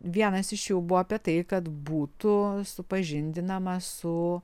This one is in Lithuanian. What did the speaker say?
vienas iš jų buvo apie tai kad būtų supažindinama su